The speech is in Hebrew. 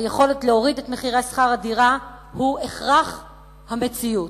הורדת מחירי שכר הדירה היא הכרח המציאות.